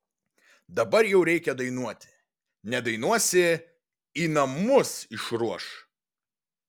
dabar jau reikia dainuoti nedainuosi į namus išruoš